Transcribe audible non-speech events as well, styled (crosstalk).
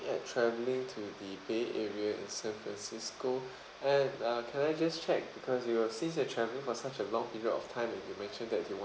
at travelling to the bay area in san francisco (breath) and uh can I just check because you will since you're travelling for such a long period of time and you mentioned that you want